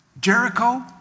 Jericho